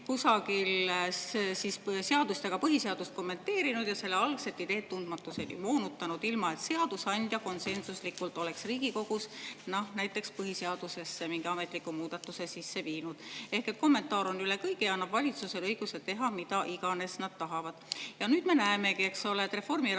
kusagil seadust ja ka põhiseadust kommenteerinud ja selle algset ideed tundmatuseni moonutanud, ilma et seadusandja konsensuslikult oleks Riigikogus näiteks põhiseadusesse mingi ametliku muudatuse sisse viinud. Ehk et kommentaar on üle kõige ja annab valitsusele õiguse teha, mida iganes nad tahavad. Nüüd me näemegi, eks ole, et reformierakondlane